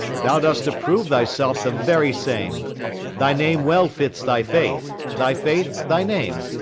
thou dost approve thyself the very same thy name well fits thy faith, thy faith thy name.